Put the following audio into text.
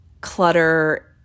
clutter